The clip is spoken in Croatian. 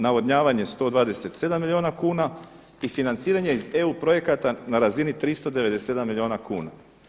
Navodnjavanje 127 milijuna kuna i financiranje iz EU projekata na razini 397 milijuna kuna.